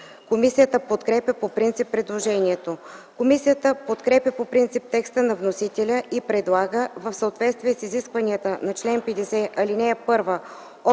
Комисията подкрепя по принцип предложението. Комисията подкрепя по принцип текста на вносителя и предлага в съответствие с изискванията на чл. 50, ал. 1